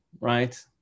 right